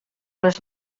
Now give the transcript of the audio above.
les